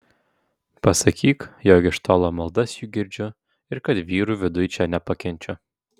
pasakyk jog iš tolo maldas jų girdžiu ir kad vyrų viduj čia nepakenčiu